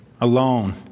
alone